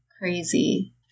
crazy